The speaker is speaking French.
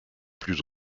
plus